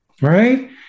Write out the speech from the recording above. Right